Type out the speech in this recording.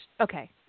okay